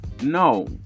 No